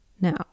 now